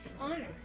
Honor